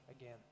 again